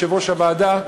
יושב-ראש הוועדה,